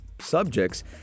subjects